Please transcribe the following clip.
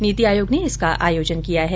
नीति आयोग ने इसका आयोजन किया है